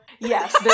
Yes